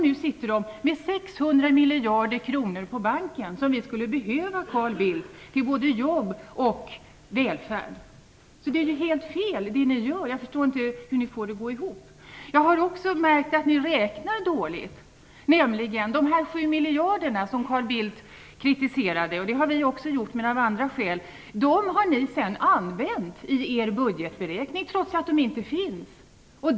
Nu sitter de still med 600 miljarder kronor på banken, pengar som vi skulle behöva, Carl Bildt, till både jobb och välfärd. Det ni vill göra är alltså helt fel, och jag förstår inte hur ni får det att gå ihop. Jag har också märkt att ni räknar dåligt. Det här med de 7 miljarderna som Carl Bildt kritiserade - det har Vänsterpartiet också gjort, men av andra skäl - har ni använt er av i er budgetberäkning, detta trots att pengarna inte finns.